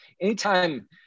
anytime